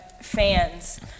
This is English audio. Fans